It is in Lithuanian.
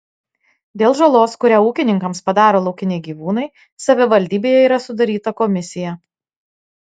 dėl žalos kurią ūkininkams padaro laukiniai gyvūnai savivaldybėje yra sudaryta komisija